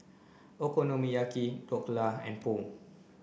Okonomiyaki Dhokla and Pho